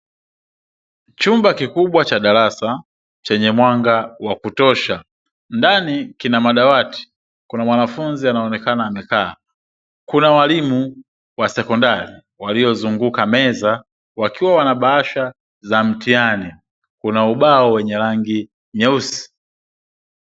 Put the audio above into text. Chumba kikubwa cha darasa chenye mwanga wa kutosha, ndani kina madawati, kuna mwanafunzi anaonekana amekaa, kuna walimu wa sekondari waliozunguka meza, wakiwa wana bahasha za mtihani, kuna ubao wenye rangi nyeusi.